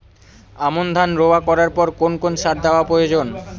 আমন ধান রোয়া করার পর কোন কোন সার দেওয়া প্রয়োজন?